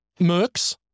Mercs